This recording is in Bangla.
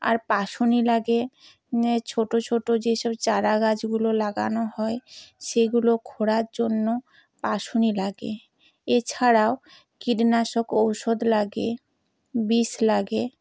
আর পাশুনি লাগে ছোটো ছোটো যে সব চারা গাছগুলো লাগানো হয় সেইগুলো খোঁড়ার জন্য পাশুনি লাগে এছাড়াও কীটনাশক ঔষধ লাগে বিষ লাগে